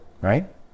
right